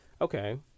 Okay